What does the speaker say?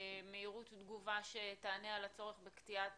מהירות תגובה שתענה על הצורך בקטיעת